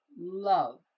love